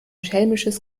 schelmisches